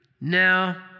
Now